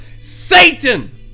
Satan